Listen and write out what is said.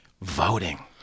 voting